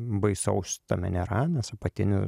baisaus tame nėra nes apatinį